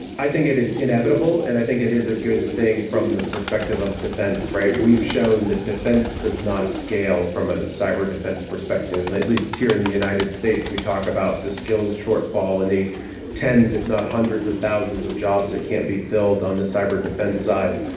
i think it is inevitable and i think it is a good thing from the perspective of defence. we've shown that defence does not scale from a cyber defence perspective. at least here in the united states we talk about the skills shortfall and the tens if not hundreds of thousands of jobs that can't be filled on the cyber defence side.